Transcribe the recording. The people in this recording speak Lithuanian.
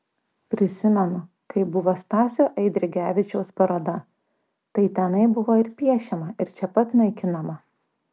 prisimenu kai buvo stasio eidrigevičiaus paroda tai tenai buvo ir piešiama ir čia pat naikinama